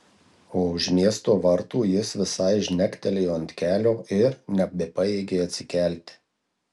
o už miesto vartų jis visai žnektelėjo ant kelio ir nebepajėgė atsikelti